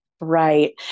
Right